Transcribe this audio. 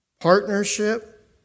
partnership